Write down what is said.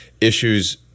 issues